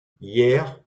hier